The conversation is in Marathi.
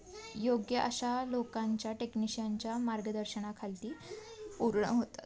योग्य अशा लोकांच्या टेक्निशियनच्या मार्गदर्शनाखालती पूर्ण होतात